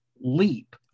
leap